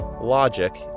Logic